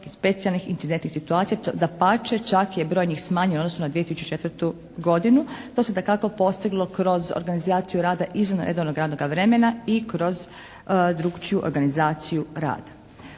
specijalnih incidentnih situacija, dapače čak je broj njih smanjen, odnosno na 2004. godinu. To se dakako postiglo kroz organizaciju rada izvan redovnog radnoga vremena i kroz drukčiju organizaciju rada.